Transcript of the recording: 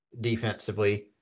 defensively